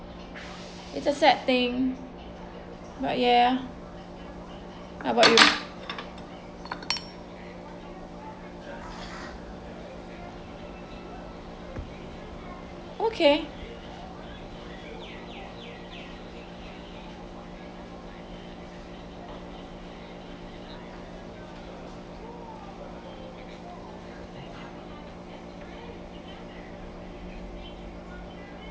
it's a sad thing but yeah how about you okay